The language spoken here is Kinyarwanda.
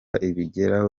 bigeraho